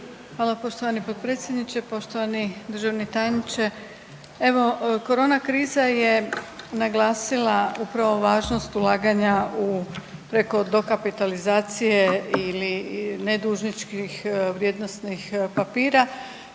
Hvala poštovani potpredsjedniče. Poštovani državni tajniče. Evo korona kriza je naglasila upravo važnost ulaganja u preko dokapitalizacije ili ne dužničkih vrijednosnih papira,